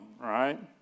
right